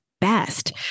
best